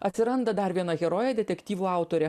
atsiranda dar viena herojė detektyvų autorė